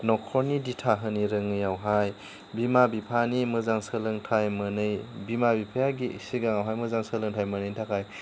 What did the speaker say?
न'खरनि दिथा होनो रोङैआवहाय बिमा बिफानि मोजां सोलोंथाइ मोनै बिमा बिफाया सिगाङावहाय मोजां सोलोंथाइ मोनैनि थाखाय